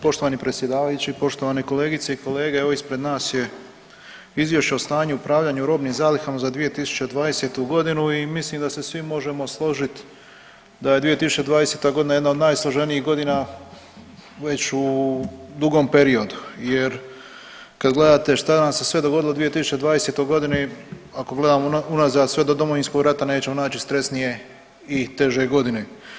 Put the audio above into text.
Poštovani predsjedavajući, poštovane kolegice i kolege evo ispred nas je Izvješće o stanju i upravljanju robnim zalihama za 2020. godinu i mislim da se svi možemo složit da je 2020. godina jedna od najsloženijih godina već u dugom periodu jer kad gledate šta nam se sve dogodilo u 2020. godini, ako gledamo unazad sve do Domovinskog rata nećemo naći stresnije i teže godine.